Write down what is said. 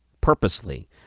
purposely